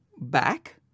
back